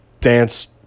dance